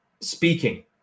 speaking